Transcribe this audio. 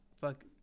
fuck